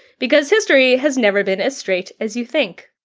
because history has never been as straight as you think.